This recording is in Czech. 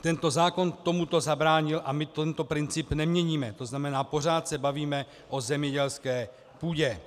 Tento zákon tomuto zabránil a my tento princip neměníme, tzn. pořád se bavíme o zemědělské půdě.